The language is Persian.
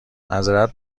معظرت